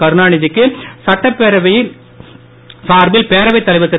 கருணாநிதிக்கு சட்டப்பேரவை சார்பில் பேரவை தமைவர் திரு